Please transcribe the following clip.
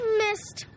missed